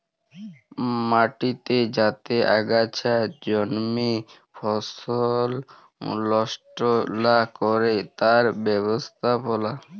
মাটিতে যাতে আগাছা জল্মে ফসল লস্ট লা ক্যরে তার ব্যবস্থাপালা